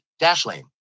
Dashlane